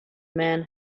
man